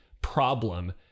problem